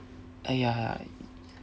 !aiya!